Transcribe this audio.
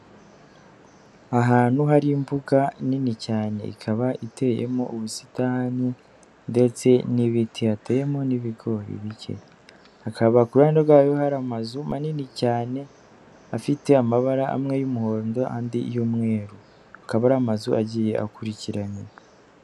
Ahantu hari imbuga nini cyane, ikaba iteyemo ubusitani ndetse n'ibiti hateyemo n'ibigori bike, haba kuhande rwayo hari amazu manini cyane, afite amabara amwe y'umuhondo andi y'umweru, akaba ari amazu agiye akurikiranye.